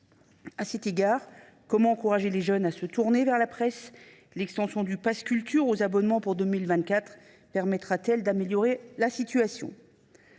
À cet égard, comment encourager les jeunes à se tourner vers la presse ? L’extension du pass Culture aux abonnements pour 2024 permettra t elle d’améliorer la situation ?